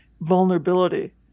vulnerability